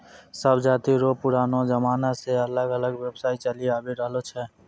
सब जाति रो पुरानो जमाना से अलग अलग व्यवसाय चलि आवि रहलो छै